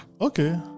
Okay